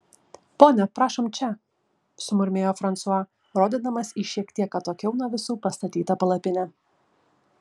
ponia prašom čia sumurmėjo fransua rodydamas į šiek tiek atokiau nuo visų pastatytą palapinę